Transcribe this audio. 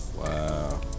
Wow